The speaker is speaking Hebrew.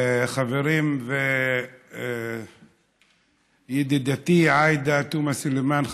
חברים וידידתי עאידה תומא סלימאן,